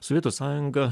sovietų sąjunga